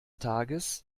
tages